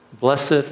Blessed